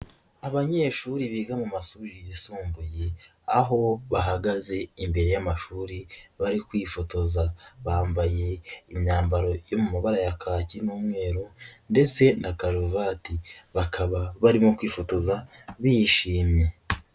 Abanyeshuri biga mu mashuri yisumbuye aho bahagaze imbere y'amashuri bari kwifotoza, bambaye imyambaro yo mu mabara ya kake n'umweru ndetse na karuvati bakaba barimo kwifotoza bishimye.